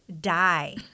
die